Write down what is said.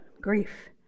grief